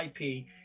IP